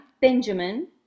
Benjamin